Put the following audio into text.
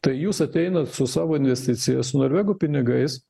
tai jūs ateinat su savo investicija su norvegų pinigais